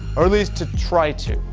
or at least to try too.